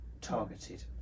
targeted